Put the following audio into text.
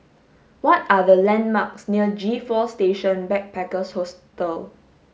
what are the landmarks near G four Station Backpackers Hostel